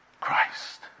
Christ